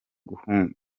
gukomeza